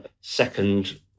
second